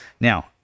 Now